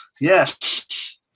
Yes